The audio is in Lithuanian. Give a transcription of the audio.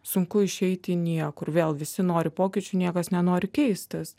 sunku išeiti į niekur vėl visi nori pokyčių niekas nenori keistis